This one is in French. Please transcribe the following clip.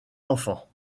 enfants